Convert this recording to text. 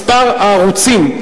ובעצם להרחיב את מספר הערוצים.